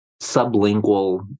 sublingual